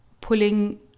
pulling